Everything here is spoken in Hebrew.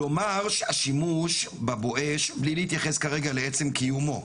לומר שהשימוש ב"בואש" בלי להתייחס כרגע לעצם קיומו,